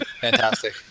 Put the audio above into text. fantastic